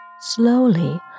Slowly